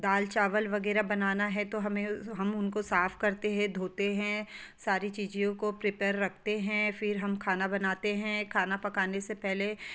दाल चावल वगैरह बनाना है तो हमें हम उनको साफ़ करते हैं धोते हैं सारी चीज़ों को प्रीपेयर रखते हैं फिर हम खाना बनाते हैं खाना पकाने से पहले